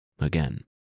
again